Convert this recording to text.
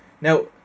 Now